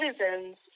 citizens